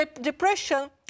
depression